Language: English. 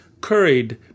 curried